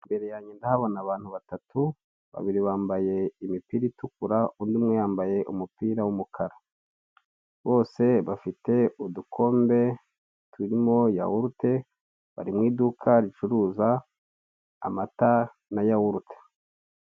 Imbere yanjye ndahabona abantu batatu, babiri bambaye imipira itukura, undi umwe yambaye umupira w''umukara, bose bafite udukombe turimo yawurute, bari mu iduka ricuruza amata na yawurute